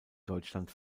deutschland